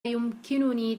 يمكنني